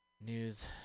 news